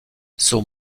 son